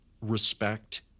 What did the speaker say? respect